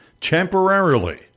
temporarily